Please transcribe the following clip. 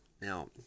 Now